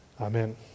amen